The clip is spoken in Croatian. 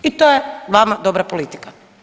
I to je vama dobra politika.